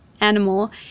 animal